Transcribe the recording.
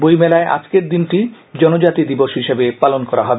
বইমেলায় আজকের দিনটি জনজাতি দিবস হিসেবে পালন করা হবে